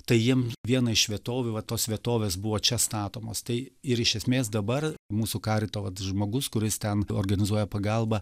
tai jiem viena iš vietovių vat tos vietovės buvo čia statomos tai ir iš esmės dabar mūsų karito vat žmogus kuris ten organizuoja pagalbą